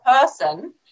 person